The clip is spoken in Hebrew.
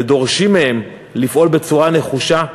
ודורשים מהם לפעול בצורה נחושה,